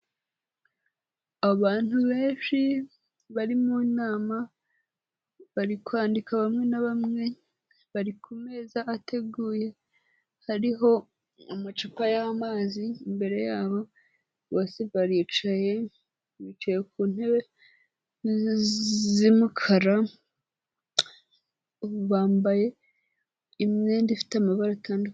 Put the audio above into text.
Abantu benshi bari mu nama bari kwandika bamwe na bamwe, bari ku meza ateguye hariho amacupa y'amazi imbere yabo abasigaye baricaye, bicaye ku ntebe z'umukara, bambaye imyenda ifite amabara atandu...